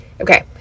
Okay